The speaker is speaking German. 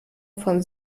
von